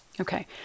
Okay